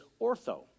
ortho